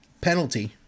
penalty